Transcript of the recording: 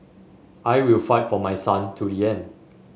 I will fight for my son to the end